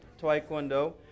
taekwondo